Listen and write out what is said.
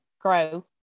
grow